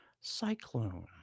Cyclone